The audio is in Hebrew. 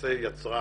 שלמעשה יצרה